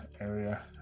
area